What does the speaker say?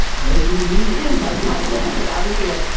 no human being is and like obviously like,